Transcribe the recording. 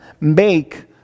make